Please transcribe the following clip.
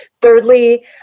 Thirdly